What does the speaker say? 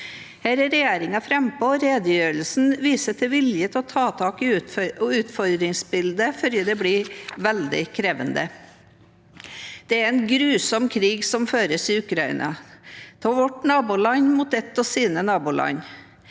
Her er regjeringen frampå, og redegjørelsen viser vilje til å ta tak i utfordringsbildet før det blir veldig krevende. Det er en grusom krig som føres i Ukraina, av vårt naboland mot et av sine naboland.